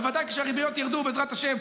בוודאי כשהריביות ירדו, בעזרת השם,